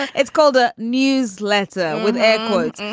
it's called a news letter with air quotes.